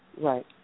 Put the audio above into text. right